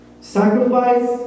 Sacrifice